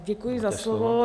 Děkuji za slovo.